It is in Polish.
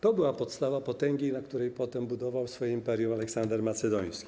To była podstawa potęgi, na której potem budował swoje imperium Aleksander Macedoński.